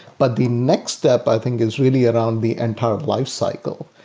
but the next step i think is really around the entire lifecycle,